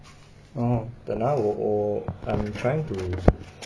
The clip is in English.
oh 等 ah 我我 I'm trying to